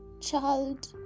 child